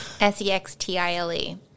S-E-X-T-I-L-E